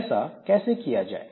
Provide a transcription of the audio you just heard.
ऐसा कैसे किया जाए